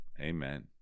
amen